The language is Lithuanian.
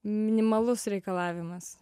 minimalus reikalavimas